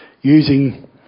Using